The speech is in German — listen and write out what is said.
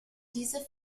diese